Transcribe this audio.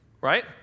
right